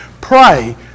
pray